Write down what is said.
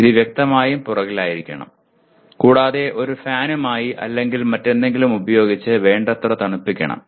ഇത് വ്യക്തമായും പുറകിലായിരിക്കണം കൂടാതെ ഒരു ഫാനുമായി അല്ലെങ്കിൽ മറ്റെന്തെങ്കിലും ഉപയോഗിച്ച് വേണ്ടത്ര തണുപ്പിക്കണം